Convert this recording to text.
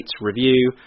review